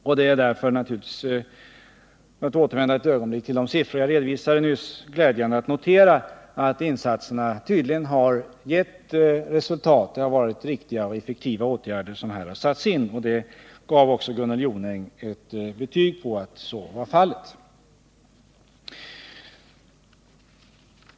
För att ett ögonblick återvända till de siffror som jag nyss redovisade är det glädjande att notera att insatserna tydligen givit resultat. Det har varit riktiga och effektiva åtgärder som satts in. Gunnel Jonäng intygade också att så varit fallet.